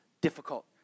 difficult